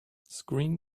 screen